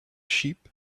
sheep